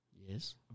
Yes